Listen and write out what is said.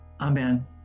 Amen